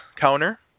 counter